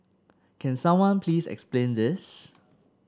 can someone please explain this